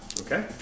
Okay